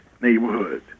neighborhood